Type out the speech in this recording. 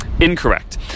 Incorrect